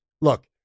look